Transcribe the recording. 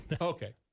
Okay